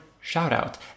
shout-out